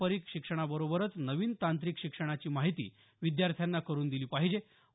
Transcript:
पारंपरिक शिक्षणाबरोबरचे नवीन तांत्रिक शिक्षणाची माहिती विद्यार्थ्यांना करुन दिली पाहिजे